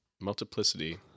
Multiplicity